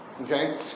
Okay